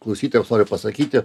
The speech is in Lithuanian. klausytojams noriu pasakyti